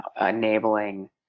enabling